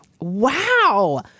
Wow